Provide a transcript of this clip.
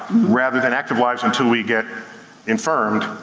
rather than active lives until we get infirmed,